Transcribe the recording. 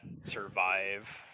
survive